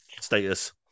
status